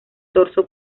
torso